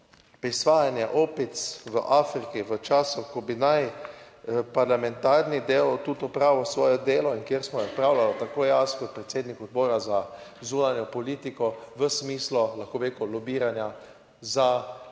prisvajanje opic v Afriki v času, ko bi naj parlamentarni del tudi opravil svoje delo in kjer smo jo opravljali tako jaz kot predsednik Odbora za zunanjo politiko v smislu, lahko bi rekel, lobiranja za,